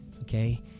okay